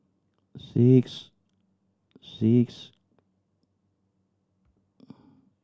six